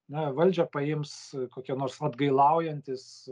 na valdžią paims kokie nors atgailaujantys